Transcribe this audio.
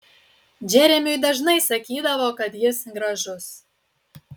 džeremiui dažnai sakydavo kad jis gražus